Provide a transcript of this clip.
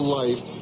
life